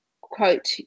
quote